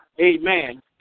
Amen